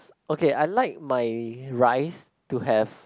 okay I like my rice to have